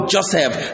Joseph